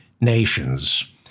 nations